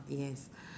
yes